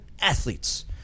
athletes